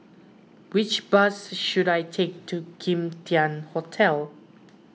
which bus should I take to Kim Tian Hotel